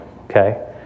okay